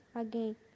again